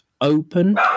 open